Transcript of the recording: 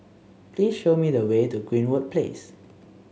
please show me the way to Greenwood Place